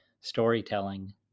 storytelling